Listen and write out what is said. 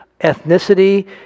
ethnicity